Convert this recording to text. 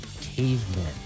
cavemen